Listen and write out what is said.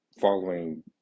following